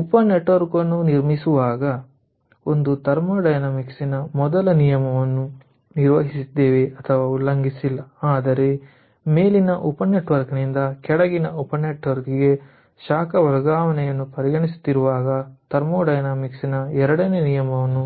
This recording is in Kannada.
ಉಪ ನೆಟ್ವರ್ಕ್ ವನ್ನು ನಿರ್ಮಿಸುವಾಗ ನಾವು ಥರ್ಮೋಡೈನಮಿಕ್ಸ್ ನ ಮೊದಲ ನಿಯಮವನ್ನು ನಿರ್ವಹಿಸಿದ್ದೇವೆ ಅಥವಾ ಉಲ್ಲಂಘಿಸಿಲ್ಲ ಆದರೆ ಮೇಲಿನ ಉಪ ನೆಟ್ವರ್ಕ್ ನಿಂದ ಕೆಳಗಿನ ಉಪ ನೆಟ್ವರ್ಕ್networkಗೆ ಶಾಖ ವರ್ಗಾವಣೆಯನ್ನು ಪರಿಗಣಿಸುತ್ತಿರುವಾಗ ಥರ್ಮೋಡೈನಾಮಿಕ್ಸ್ ನ ಎರಡನೇ ನಿಯಮವನ್ನು